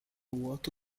vuoto